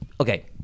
okay